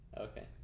Okay